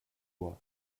bois